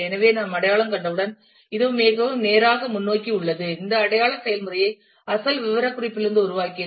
எனவே நாம் அடையாளம் கண்டவுடன் இது மிகவும் நேராக முன்னோக்கி உள்ளது இந்த அடையாள செயல்முறையை அசல் விவரக்குறிப்பிலிருந்து உருவாக்கியது